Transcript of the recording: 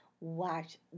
watch